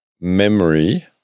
memory